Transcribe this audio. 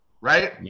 right